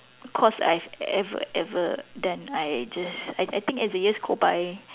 course I've ever ever done I just I I think as the years go by